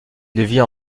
devient